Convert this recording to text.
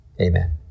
Amen